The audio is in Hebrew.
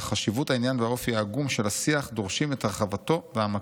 אך חשיבות העניין והאופי העגום של השיח דורשים את הרחבתו והעמקתו.